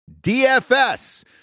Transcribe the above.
DFS